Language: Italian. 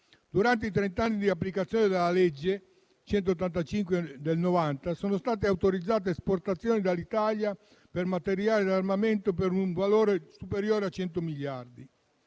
Durante i trent'anni di applicazione della legge n. 185 del 1990 sono state autorizzate esportazioni dall'Italia per materiali di armamento per un valore superiore a 100 miliardi.